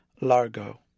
largo